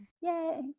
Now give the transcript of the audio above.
Yay